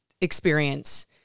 experience